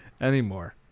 anymore